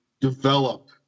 develop